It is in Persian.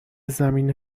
زمین